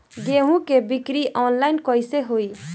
गेहूं के बिक्री आनलाइन कइसे होई?